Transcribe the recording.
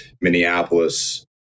Minneapolis